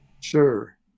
sure